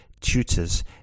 tutors